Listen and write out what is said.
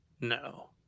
No